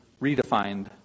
redefined